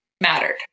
mattered